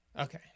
Okay